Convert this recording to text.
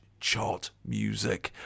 chartmusic